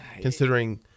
Considering